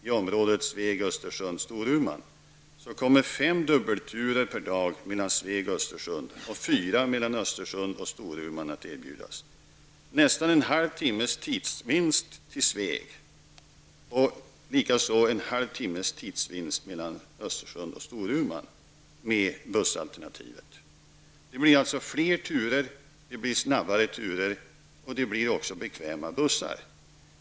I Det blir nästan en halvtimmes tidsvinst till Sveg, likaså en halvtimmes tidsvinst mellan Östersund och Storuman med bussalternativet. Det blir alltså fler turer, resorna går snabbare och det blir också bekväma bussar.